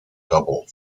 double